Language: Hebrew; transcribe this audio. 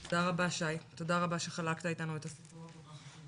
תודה רבה שי, תודה רבה שחלקת אתנו את הסיפור שלך.